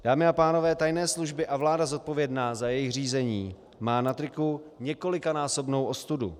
Dámy a pánové, tajné služby a vláda, zodpovědná za jejich řízení, má na triku několikanásobnou ostudu.